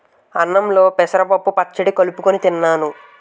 అన్నంలో పెసరపప్పు పచ్చడి కలుపుకొని తిన్నాను